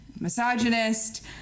misogynist